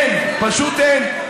אין, פשוט אין.